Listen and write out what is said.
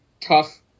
tough